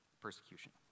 persecution